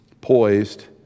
poised